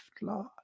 lord